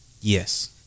Yes